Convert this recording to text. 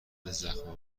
زخم